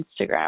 Instagram